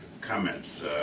comments